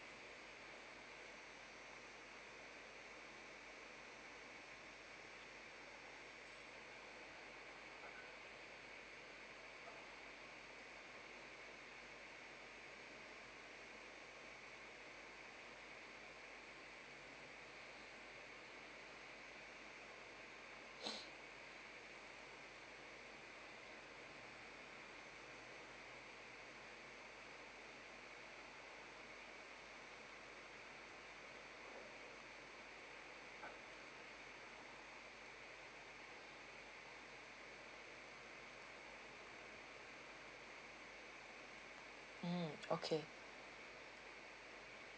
mm okay